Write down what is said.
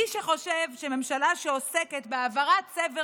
מי שחושב שממשלה שעוסקת בהעברת צבר